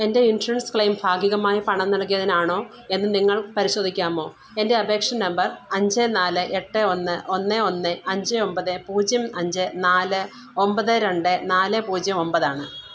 എൻ്റെ insurance claim ഭാഗികമായി പണം നൽകിയതിനാണോ എന്ന് നിങ്ങൾക്ക് പരിശോധിക്കാമോ എൻ്റെ അപേക്ഷ നമ്പർ അഞ്ച് നാല് എട്ട് ഒന്ന് ഒന്ന് ഒന്ന് അഞ്ച് ഒമ്പത് പൂജ്യം അഞ്ച് നാല് ഒമ്പത് രണ്ട് നാല് പൂജ്യം ഒമ്പത് ആണ്